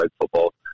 football